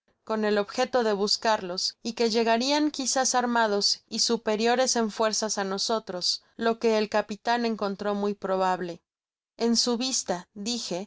con el objeto de buscarlos y que llegarian quizás armados y superiores en fuerzas á nosotros lo que el capitan encontró muy probable en su vista dije